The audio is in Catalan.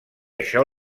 això